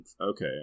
Okay